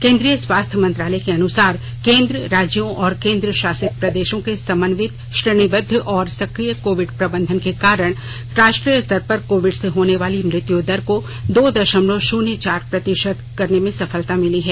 केंद्रीय स्वास्थ्य मंत्रालय के अनुसार केंद्र राज्यों और केन्द्रशासित प्रदेशों के समन्वित श्रेणीबद्ध और सक्रिय कोविड प्रबंधन के कारण राष्ट्रीय स्तर पर कोविड से होने वाली मृत्यु दर दो दशमलव शून्य चार प्रतिशत पर आ गई है